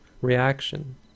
reaction